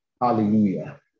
Hallelujah